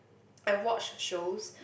I watch shows